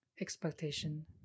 expectation